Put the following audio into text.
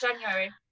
January